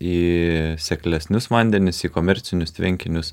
į seklesnius vandenis į komercinius tvenkinius